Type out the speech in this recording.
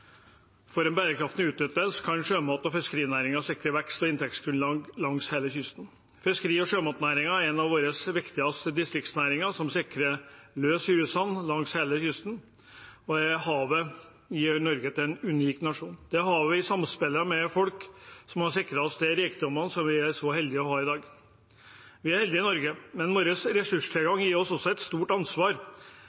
for en bærekraftig utnyttelse kan sjømat- og fiskerinæringen sikre et vekst- og inntektsgrunnlag langs hele kysten. Fiskeri- og sjømatnæringen er en av våre viktigste distriktsnæringer, som sikrer lys i husene langs hele kysten, og havet gjør Norge til en unik nasjon. Det er havet i samspill med folk som har sikret oss de rikdommene vi er så heldige å ha i dag. Vi er heldige i Norge, men